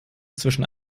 zwischen